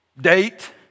date